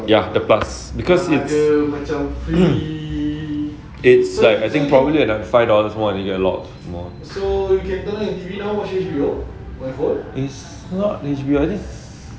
ya the plus because it's a probably about five dollars more and you get a lot more it's not